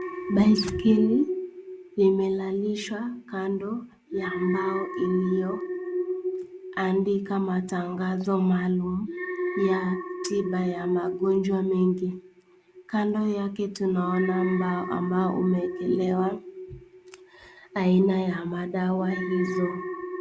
Baisikeli imelalishwa kando ya mbao ilioandika matangazo maalumu ya tiba ya magonjwa mengi. Kando yake tunaona mbao ambayo imeekelewa aina ya madawa hizo.